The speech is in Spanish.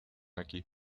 aquí